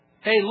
hey